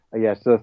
Yes